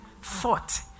fought